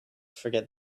forget